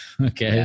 okay